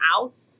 out